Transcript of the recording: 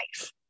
life